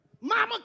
Mama